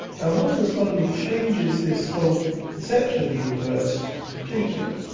now modern astronomy changes this whole perception of the universe completely.